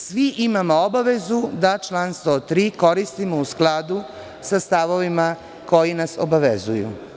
Svi imamo obavezu da član 103. koristimo u skladu sa stavovima koji nas obavezuju.